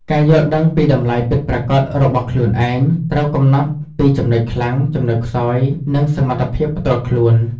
ការយល់ដឹងពីតម្លៃពិតប្រាកដរបស់ខ្លួនឯង ត្រូវកំណត់ពីចំណុចខ្លាំង ចំណុចខ្សោយ និងសមត្ថភាពផ្ទាល់ខ្លួន។